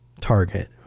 target